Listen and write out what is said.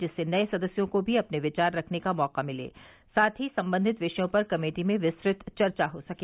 जिससे नये सदस्यों को भी अपने विचार रखने का मौका मिले साथ ही संबंधित विषयों पर कमेटी में विस्तृत चर्चा हो सके